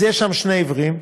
אז יש שם שני עיוורים,